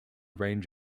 range